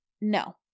No